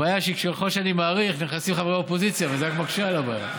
הבעיה היא שככל שאני מאריך נכנסים חברי אופוזיציה וזה רק מקשה על הבעיה.